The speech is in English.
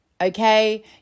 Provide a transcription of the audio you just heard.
okay